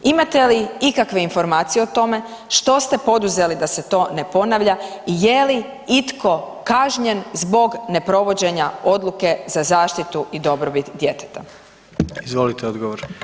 Imate li ikakve informacije o tome što ste poduzeli da se to ne ponavlja i je li itko kažnjen zbog neprovođenja odluke za zaštitu i dobrobit djeteta?